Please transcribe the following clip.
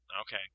Okay